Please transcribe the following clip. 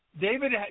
David